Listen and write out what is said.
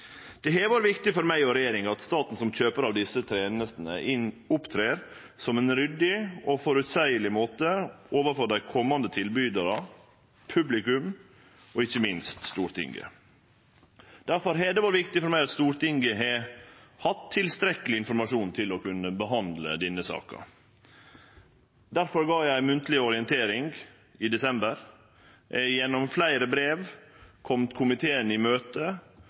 Det har vore viktig for meg og regjeringa at staten som kjøpar av desse tenestene, opptrer på ein ryddig og føreseieleg måte overfor dei komande tilbydarane, publikum og ikkje minst Stortinget. Difor har det vore viktig for meg at Stortinget har hatt tilstrekkeleg informasjon til å kunne behandle denne saka. Difor gav eg ei munnleg orientering i desember. Eg har gjennom fleire brev kome komiteen i møte,